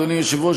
אדוני היושב-ראש,